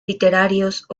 literarios